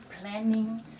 planning